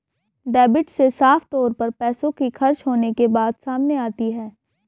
debit से साफ तौर पर पैसों के खर्च होने के बात सामने आती है